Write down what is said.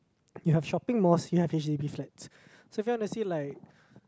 you have shopping malls you have H_D_B flats so if you want to see like